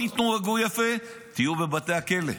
לא תתנהגו יפה, תהיו בבתי הכלא.